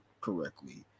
correctly